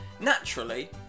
naturally